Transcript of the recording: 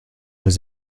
was